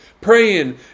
praying